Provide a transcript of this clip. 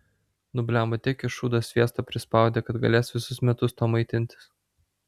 nu blemba tiek iš šūdo sviesto prisispaudė kad galės visus metus tuo maitintis